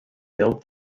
built